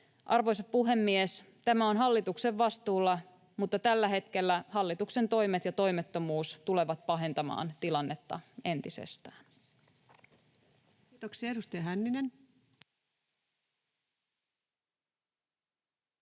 Arvoisa puhemies, tämä on hallituksen vastuulla, mutta tällä hetkellä hallituksen toimet ja toimettomuus tulevat pahentamaan tilannetta entisestään. [Speech 228] Speaker: